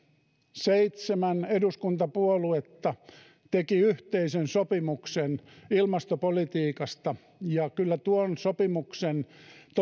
seitsemän eduskuntapuoluetta teki yhteisen sopimuksen ilmastopolitiikasta ja kyllä tuon sopimuksen